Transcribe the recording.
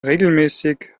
regelmäßig